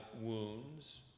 wounds